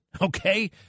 Okay